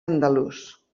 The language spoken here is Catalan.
andalús